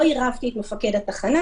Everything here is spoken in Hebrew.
לא עירבתי את מפקד התחנה